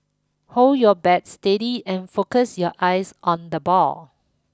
hold your bat steady and focus your eyes on the ball